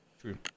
True